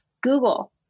Google